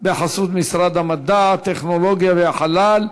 בחסות משרד המדע, הטכנולוגיה והחלל,